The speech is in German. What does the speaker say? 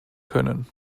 können